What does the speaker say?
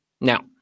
Now